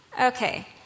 Okay